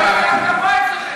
אלעזר, מי תקף?